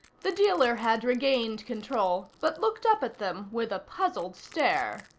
the dealer had regained control, but looked up at them with a puzzled stare.